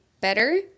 better